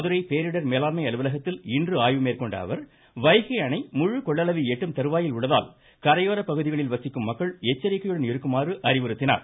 மதுரை பேரிடர் மேலாண்மை அலுவலத்தில் இன்று ஆய்வு மேற்கொண்ட அவர் வைகை அணை முழு கொள்ளளவை எட்டும்தருவாயில் உள்ளதால் கரையோர பகுதிகளில் வசிக்கும் மக்கள் எச்சரிக்கையுடன் இருக்குமாறு அறிவுறுத்தினார்